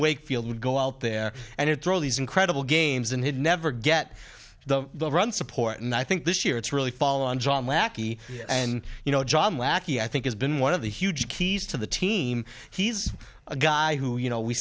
wakefield would go out there and it drove these incredible games and had never get the run support and i think this year it's really fallen john lackey and you know john lackey i think has been one of the huge keys to the team he's a guy who you know we